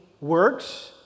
works